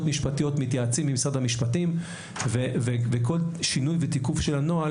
משפטיות מתייעצים עם משרד המשפטים וכל שינוי ותיקון של הנוהל